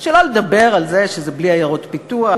שלא לדבר על זה שזה בלי עיירות פיתוח,